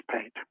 paint